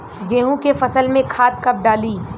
गेहूं के फसल में खाद कब डाली?